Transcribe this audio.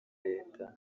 leta